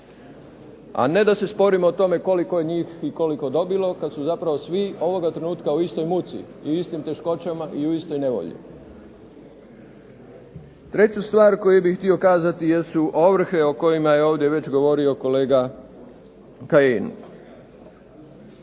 A ne da se sporimo o tome koliko je njih i koliko dobilo kad su zapravo svi ovoga trenutka u istoj muci i u istim teškoćama i u istoj nevolji. Treću stvar koju bih htio kazati jesu ovrhe o kojima je ovdje već govorio kolega Kajin.